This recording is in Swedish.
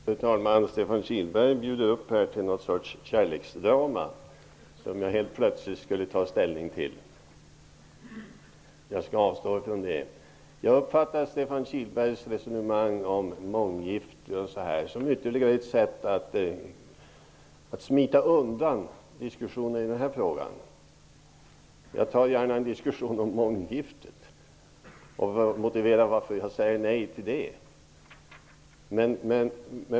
Fru talman! Stefan Kihlberg bjuder upp till någon sorts kärleksdrama, som jag helt plötsligt skulle ta ställning till. Jag avstår från det. Jag uppfattar Stefan Kihlbergs resonemang om månggifte som ytterligare ett sätt att smita undan diskussionen i den här frågan. Jag tar gärna en diskussion om månggifte senare och motiverar varför jag säger nej till det.